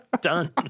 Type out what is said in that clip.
done